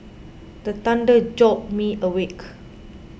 the thunder jolt me awake